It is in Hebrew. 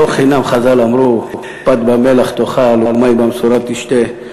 לא לחינם חז"ל אמרו: פת במלח תאכל ומים במשורה תשתה.